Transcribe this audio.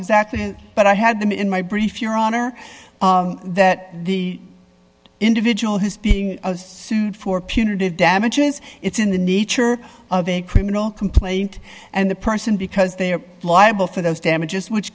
exactly but i had them in my brief your honor that the individual who's being sued for punitive damages it's in the nature of a criminal complaint and the person because they are liable for those damages which